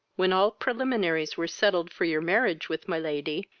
when all preliminaries were settled for your marriage with my lady,